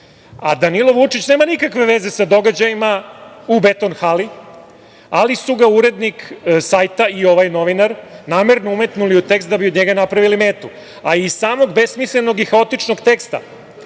A Danilo Vučić nema nikakve veze sa događajima u "Beton hali", ali su ga urednik sajta i ovaj novinar namerno umetnuli u tekst da bi od njega napravili metu. Iz samog besmislenog i haotičnog teksta,